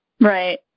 Right